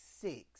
six